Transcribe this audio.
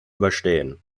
überstehen